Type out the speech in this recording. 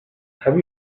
have